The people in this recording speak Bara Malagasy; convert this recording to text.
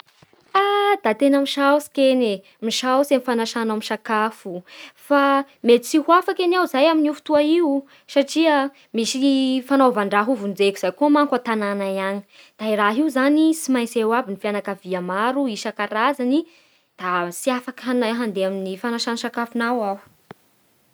Haaa da tena misaotsy kegne, da tena misaotsy amin'ny fanasanao misakafo fa mety tsy ho afaky aho amin'io fotoa io fa misy fanaovandraha ho vonjeko zay koa manko antanagnay agny. Da raha io zany tsy eo aby fianakavia maro isankarazany da tsy afaky handeha amin'ny fanasan'ny sakafonao aho